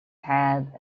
had